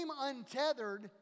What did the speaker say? untethered